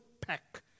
pack